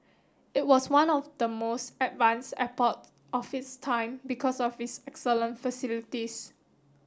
it was one of the most advanced airport of its time because of its excellent facilities